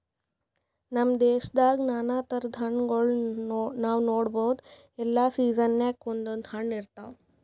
ನಮ್ ದೇಶದಾಗ್ ನಾನಾ ಥರದ್ ಹಣ್ಣಗೋಳ್ ನಾವ್ ನೋಡಬಹುದ್ ಎಲ್ಲಾ ಸೀಸನ್ಕ್ ಒಂದೊಂದ್ ಹಣ್ಣ್ ಇರ್ತವ್